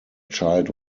child